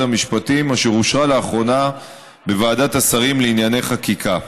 המשפטים אשר אושרה לאחרונה בוועדת השרים לענייני חקיקה.